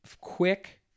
quick